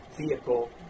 vehicle